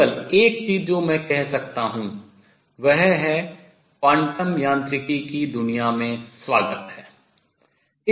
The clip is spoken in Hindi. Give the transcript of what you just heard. केवल एक चीज जो मैं कह सकता हूँ वह है क्वांटम यांत्रिकी की दुनिया में स्वागत है